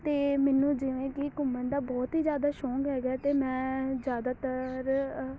ਅਤੇ ਮੈਨੂੰ ਜਿਵੇਂ ਕਿ ਘੁੰਮਣ ਦਾ ਬਹੁਤ ਹੀ ਜ਼ਿਆਦਾ ਸ਼ੌਕ ਹੈਗਾ ਅਤੇ ਮੈਂ ਜ਼ਿਆਦਾਤਰ